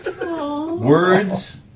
Words